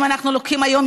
אם אנחנו לוקחים היום,